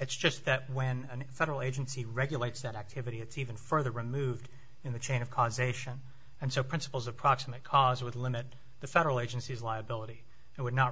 it's just that when a federal agency regulates that activity it's even further removed in the chain of causation and so principles of proximate cause would limit the federal agencies liability and would not